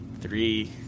three